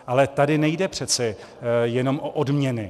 Ale tady nejde přece jenom o odměny.